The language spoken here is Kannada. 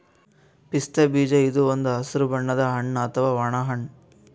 ಪಿಸ್ತಾ ಬೀಜ ಇದು ಒಂದ್ ಹಸ್ರ್ ಬಣ್ಣದ್ ಹಣ್ಣ್ ಅಥವಾ ಒಣ ಹಣ್ಣ್